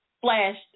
flashed